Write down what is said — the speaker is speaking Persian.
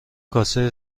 کاسه